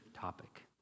topic